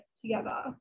together